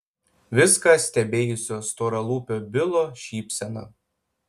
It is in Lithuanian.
viską stebėjusio storalūpio bilo šypsena